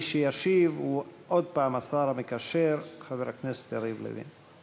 מי שישיב הוא עוד הפעם השר המקשר חבר הכנסת יריב לוין.